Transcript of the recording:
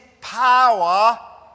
power